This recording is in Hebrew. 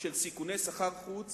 של סיכוני סחר-חוץ